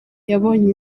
yabonye